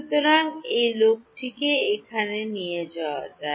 সুতরাং এই লোকটিকে এখানে নিয়ে যাওয়া যায়